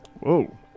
Whoa